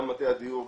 גם מטה הדיור,